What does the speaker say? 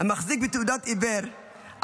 המחזיק בתעודת עיוור,